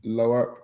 lower